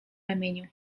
ramieniu